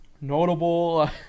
notable